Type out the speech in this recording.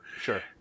Sure